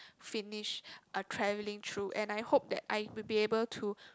finish uh travelling through and I hope that I will be able to